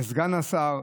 לסגן השר,